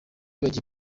bagiye